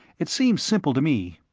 it seemed simple to me.